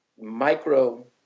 micro